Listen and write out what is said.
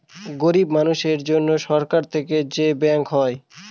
গরিব মানুষের জন্য সরকার থেকে যে ব্যাঙ্ক হয়